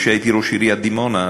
כשהייתי ראש עיריית דימונה,